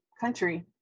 country